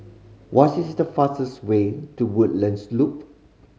what is the fastest way to Woodlands Loop